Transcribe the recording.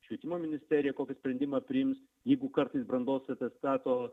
švietimo ministerija kokį sprendimą priims jeigu kartais brandos atestato